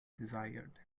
desired